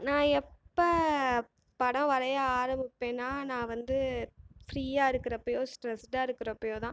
நான் எப்போ படம் வரைய ஆரம்பிப்பேண்ணா நான் வந்து ஃபிரீயாக இருக்கிறப்பயோ ஸ்ட்ரெஸ்டாக இருக்கிறப்யோ தான்